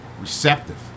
receptive